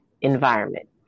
environment